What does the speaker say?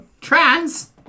Trans